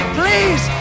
please